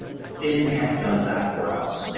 fintech does that for us.